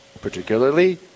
particularly